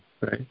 right